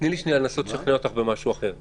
תני לי לנסות לשכנע אותך במשהו אחר.